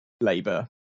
Labour